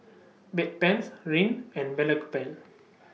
Bedpans Rene and